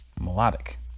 melodic